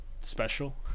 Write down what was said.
special